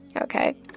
Okay